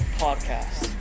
podcast